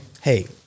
Hey